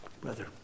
Brother